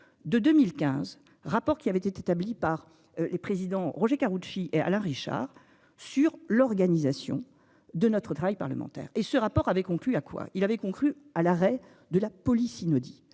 de 2015, rapport qui avait été établi par les présidents Roger Karoutchi et Alain Richard sur l'organisation de notre travail parlementaire et ce rapport avait conclu à quoi il avait conclu à l'arrêt de la police.